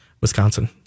Wisconsin